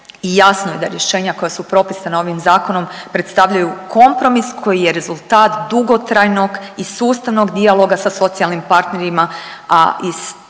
I jasno je da rješenja koja su propisana ovim zakonom predstavljaju kompromis koji je rezultat dugotrajnog i sustavnog dijaloga sa socijalnim partnerima,